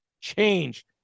change